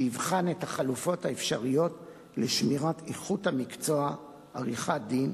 שיבחן את החלופות האפשריות לשמירת איכות המקצוע עריכת-דין,